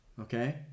Okay